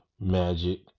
Magic